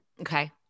Okay